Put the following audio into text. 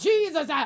Jesus